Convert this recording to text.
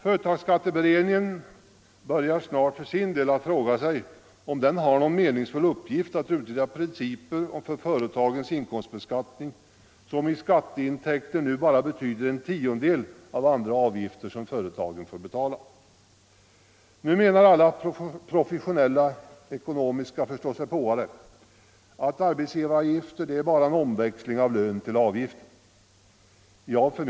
Företagsskatteberedningen börjar snart för sin del att fråga sig om den har någon meningsfull uppgift när det gäller att utreda principer för företagens inkomstbeskattning som i skatteintäkter nu snart bara betyder en tiondel av andra avgifter som företagen får betala. Nu menar alla professionella ekonomiska förståsigpåare att arbetsgivaravgifter bara är en omväxling av lön till avgifter.